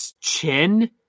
chin